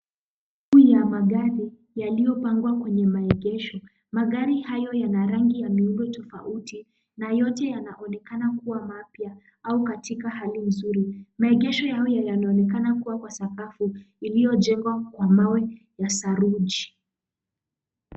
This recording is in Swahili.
Kundi la magari yaliyopangwa kwenye maegesho. Magari hayo yana rangi na umbo tofauti na yote yanaonekana kuwa mapya au katika hali nzuri. Maegesho hayo yanaonekana kuwa kwa sakafu iliyojengwa kwa mawe ya saruji.